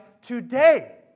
today